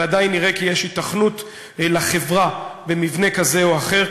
ועדיין נראה כי יש היתכנות לחברה במבנה כזה או אחר,